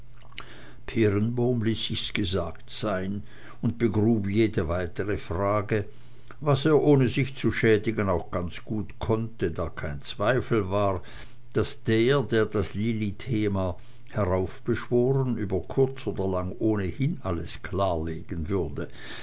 ließ sich's gesagt sein und begrub jede weitere frage was er ohne sich zu schädigen auch ganz gut konnte da kein zweifel war daß der der das lilli thema heraufbeschworen über kurz oder lang ohnehin alles klarlegen würde